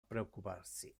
preoccuparsi